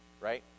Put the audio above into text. Right